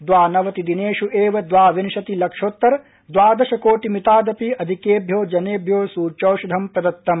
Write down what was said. द्वामाबति दिनेषु एव द्वाविंशति लक्षोत्तर द्वाद्वशकोटि मिताद्वपि अधिकेभ्यो जनेभ्यो सूच्यौषधं प्रदत्तम्